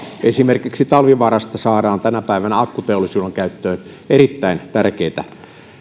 esimerkiksi talvivaarasta saadaan tänä päivänä akkuteollisuuden käyttöön erittäin tärkeitä